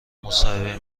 مصاحبه